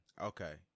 okay